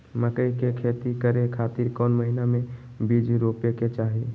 मकई के खेती करें खातिर कौन महीना में बीज रोपे के चाही?